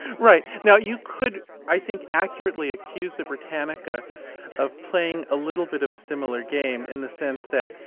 right. now you could, i think, accurately accuse the britannica of playing a little bit of a similar game in the sense that,